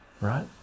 right